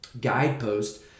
guidepost